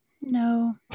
no